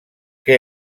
què